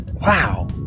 wow